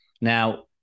Now